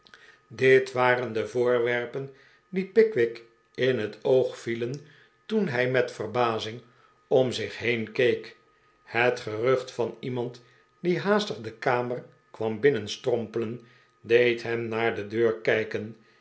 dit waren de voorwerpen die pickwick in het oog vielen toen hij met verbazing om zich heen keek het gerucht van iemand die haastig de kamer kwam binnenstrompelen deed hem naar de deur kijken